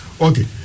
Okay